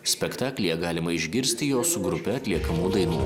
spektaklyje galima išgirsti jo su grupe atliekamų dainų